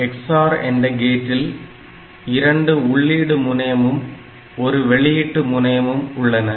XOR என்ற கேட்டில் 2 உள்ளீடு முனையமும் ஒரு வெளியீட்டு முனையமும் உள்ளன